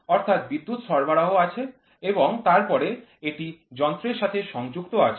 অর্থাৎ বিদ্যুৎ সরবরাহ আছে এবং তারপরে এটি যন্ত্রের সাথে সংযুক্ত আছে